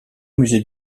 musée